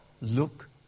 look